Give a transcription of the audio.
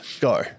go